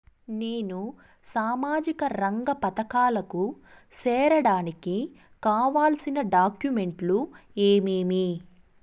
నేను సామాజిక రంగ పథకాలకు సేరడానికి కావాల్సిన డాక్యుమెంట్లు ఏమేమీ?